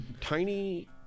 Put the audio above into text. Tiny